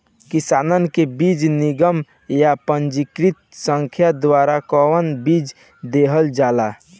किसानन के बीज निगम या पंजीकृत संस्था द्वारा कवन बीज देहल जाला?